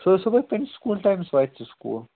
سۄ اوس پَنٛنِس سکوٗل ٹایِمَس واتہِ سُہ سکوٗل